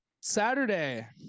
Saturday